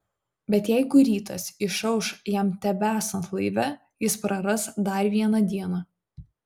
bet jeigu rytas išauš jam tebesant laive jis praras dar vieną dieną